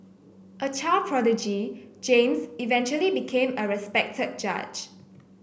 a child prodigy James eventually became a respected judge